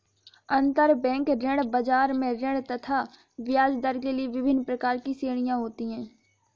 अंतरबैंक ऋण बाजार में ऋण तथा ब्याजदर के लिए विभिन्न प्रकार की श्रेणियां होती है